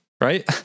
right